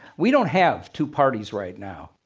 we don't have two parties right now.